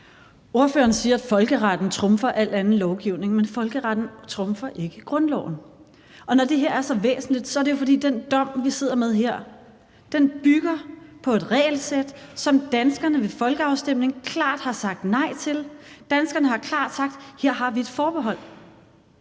Ordføreren siger, at folkeretten trumfer al anden lovgivning, men folkeretten trumfer ikke grundloven. Og når det her er så væsentligt, er det, fordi den dom, vi sidder med her, bygger på et regelsæt, som danskerne ved folkeafstemning klart har sagt nej til. Danskerne har klart sagt: Her har vi et forbehold.